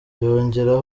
yongera